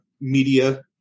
media